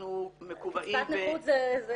אנחנו מקובעים,